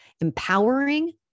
empowering